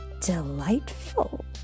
delightful